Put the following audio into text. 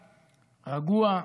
רגוע,